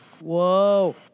Whoa